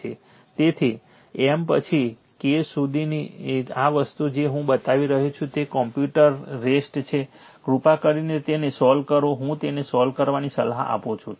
તેથી M પછી K સુધી આ વસ્તુ જે હું બતાવી રહ્યો છું તે કોમ્પ્યુટર રેસ્ટ છે કૃપા કરીને તેને સોલ્વ કરો હું તેને સોલ્વ કરવાની સલાહ આપું છું